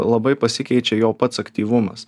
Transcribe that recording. labai pasikeičia jo pats aktyvumas